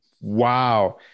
wow